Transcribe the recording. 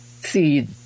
see